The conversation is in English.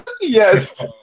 yes